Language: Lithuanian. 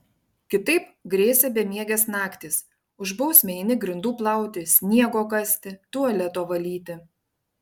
kitaip grėsė bemiegės naktys už bausmę eini grindų plauti sniego kasti tualeto valyti